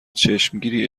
چشمگیری